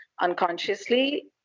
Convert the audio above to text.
unconsciously